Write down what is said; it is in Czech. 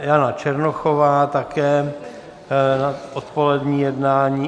Jana Černochová také na odpolední jednání.